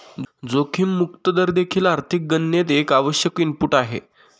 जोखीम मुक्त दर देखील आर्थिक गणनेत एक आवश्यक इनपुट आहे